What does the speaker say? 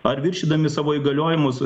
ar viršydami savo įgaliojimus